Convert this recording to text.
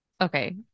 Okay